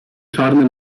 czarny